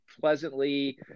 pleasantly